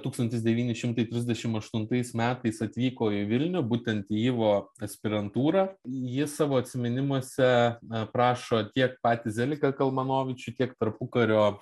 tūkstantis devyni šimtai trisdešim aštuntais metais atvyko į vilnių būtent į yvo aspirantūrą ji savo atsiminimuose aprašo tiek patį zeliką kalmanovičių tiek tarpukario